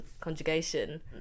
conjugation